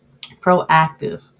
proactive